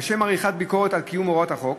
לשם עריכת ביקורות על קיום הוראות החוק.